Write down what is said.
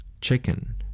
Chicken